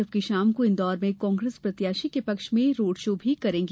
जबकि शाम को इंदौर में कांग्रेस प्रत्याशी के पक्ष में रोड शो भी करेंगी